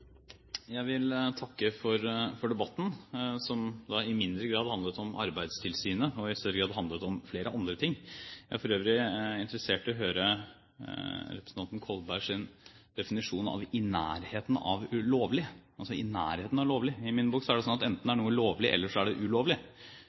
takke for debatten, som i mindre grad handlet om Arbeidstilsynet og i større grad handlet om flere andre ting. Jeg er for øvrig interessert i å høre representanten Kolbergs definisjon av «i nærheten av lovlig». I min bok er det sånn at enten er noe lovlig eller så er det